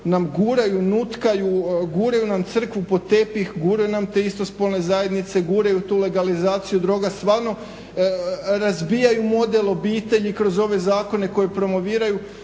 nam guraju, nutkaju, guraju nam crkvu pod tepih, guraju nam te istospolne zajednice, guraju tu legalizaciju droga, stvarno razbijaju model obitelji kroz ove zakone koje promoviraju.